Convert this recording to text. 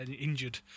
injured